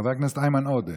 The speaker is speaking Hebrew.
חבר הכנסת איימן עודה,